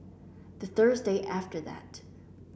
the Thursday after that